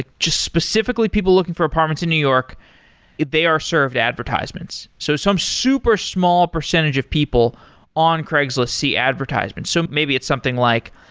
ah just specifically people looking for apartments in new york, if they are served advertisements. so some super small percentage of people on craigslist see advertisement. maybe it's something like,